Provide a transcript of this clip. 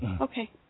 Okay